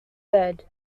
bed